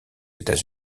états